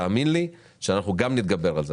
תאמין לי שאנחנו נתגבר על זה.